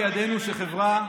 תפסיק לצעוק.